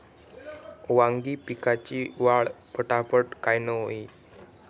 वांगी पिकाची वाढ फटाफट कायनं होईल?